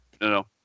no